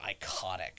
iconic